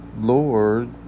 Lord